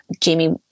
Jamie